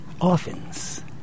orphans